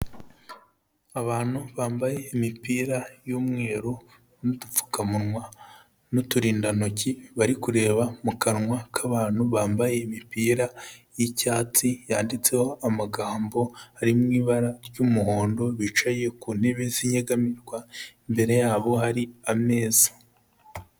Abantu bambaye imipira y'umweru n'udupfukamunwa n'uturindantoki barikureba mu kanwa k'abantu bambaye imipira y'icyatsi yanditseho amagambo ari mu ibara ry'umuhondo. Bicaye ku ntebe ziyegamirwa. Imbere yabo hari ameza.